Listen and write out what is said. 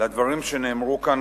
לדברים שנאמרו כאן,